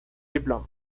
diploma